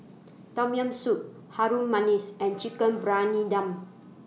Tom Yam Soup Harum Manis and Chicken Briyani Dum